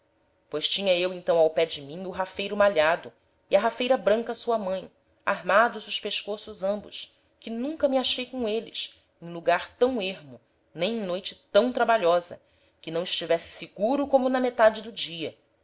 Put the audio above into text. pois tinha eu então ao pé de mim o rafeiro malhado e a rafeira branca sua mãe armados os pescoços ambos que nunca me achei com êles em lugar tam ermo nem em noite tam trabalhosa que não estivesse seguro como na metade do dia